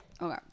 Okay